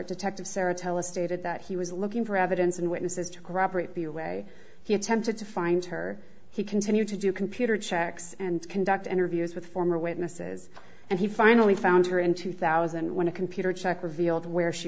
detective sara tell us stated that he was looking for evidence and witnesses to corroborate be away he attempted to find her he continued to do computer checks and conduct interviews with former witnesses and he finally found her in two thousand when a computer check revealed where she